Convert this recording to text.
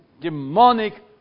demonic